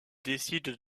décide